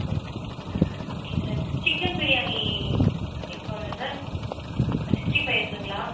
ஓ okay sir chicken biryani இருக்கும் இல்லை sir sixty five இருக்குங்களா